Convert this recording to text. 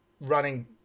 running